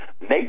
make